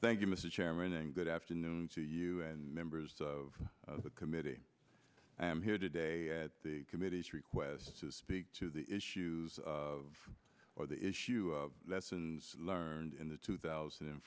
thank you mr chairman and good afternoon to you and members of the committee i am here today at the committee's request to speak to the issues of or the issue lessons learned in the two thousand and